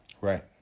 Right